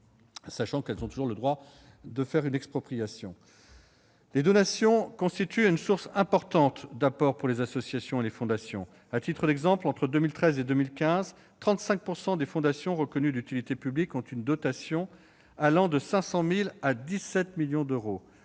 sachant qu'elles ont toujours le droit de faire une expropriation. Les donations constituent une source importante d'apports pour les associations et les fondations. À titre d'exemple, entre 2013 et 2015, 35 % des fondations reconnues d'utilité publique ont une dotation allant de 500 000 euros à 17 millions d'euros.